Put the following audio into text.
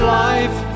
life